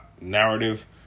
Narrative